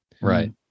Right